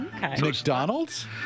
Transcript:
McDonald's